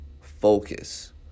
focus